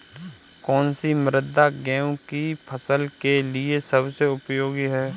कौन सी मृदा गेहूँ की फसल के लिए सबसे उपयोगी है?